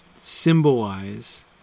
symbolize